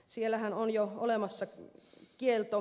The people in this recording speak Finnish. siellähän on jo olemassa kielto